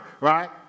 Right